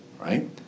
right